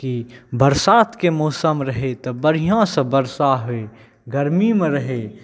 कि बरसातके मौसम रहै तऽ बढ़िआँसँ बरसा होइ गरमीमे रहै